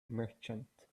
merchant